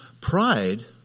pride